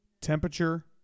temperature